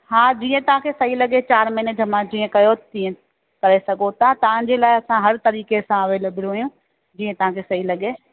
हा जीअं तव्हां खे सही लॻे चारि महिने जमा जीअं कयो तीअं करे सघो था तव्हां जे लाइ असां हर तरीक़े सां अवेलेबिल आहियूं जीअं तव्हां खे सही लॻे